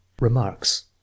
Remarks